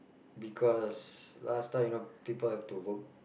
because last time you know people have to work